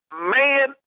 Man